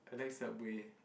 I like subway